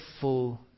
full